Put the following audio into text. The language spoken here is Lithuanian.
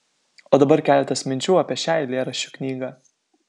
o dabar keletas minčių apie šią eilėraščių knygą